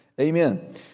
Amen